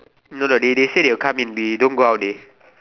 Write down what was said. you know they say will come in they don't go out they